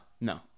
no